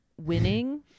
Winning